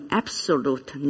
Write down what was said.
absolute